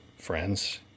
friends